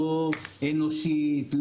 לא אנושית,